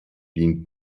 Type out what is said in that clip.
dient